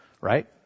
right